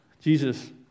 Jesus